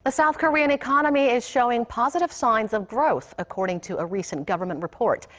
ah south korean economy is showing positive signs of growth, according to a recent government report.